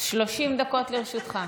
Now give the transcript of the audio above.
30 דקות לרשותך.